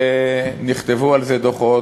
ונכתבו על זה דוחות,